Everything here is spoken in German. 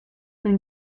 wenn